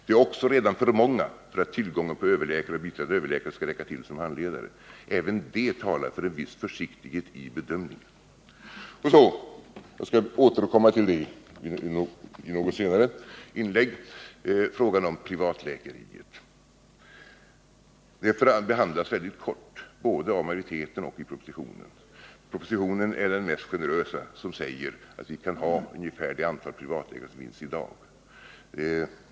Det är också redan för många underläkare för att överläkare och biträdande överläkare skall räcka till som handledare. Även det talar för en viss försiktighet i bedömningen. Och så frågan om privatläkeriet. Det behandlas väldigt kort, både av utskottsmajoriteten och i propositionen. I propositionen är man mest generös — där sägs att vi kan ha ungefär det antal privatläkare som finns i dag.